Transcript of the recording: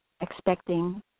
expecting